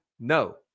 No